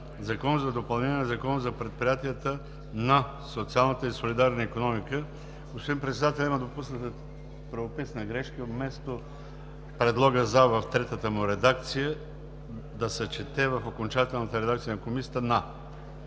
и допълнение на Закона за предприятията за социалната и солидарна икономика“. Господин Председател, има допусната правописна грешка – вместо предлога „за“ в третата му редакция, да се чете в окончателната редакция на Комисията